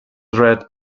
threat